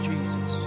Jesus